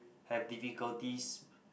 have difficulties